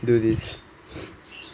do this